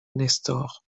nestor